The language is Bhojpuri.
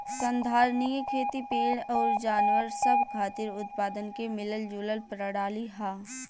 संधारनीय खेती पेड़ अउर जानवर सब खातिर उत्पादन के मिलल जुलल प्रणाली ह